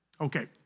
Okay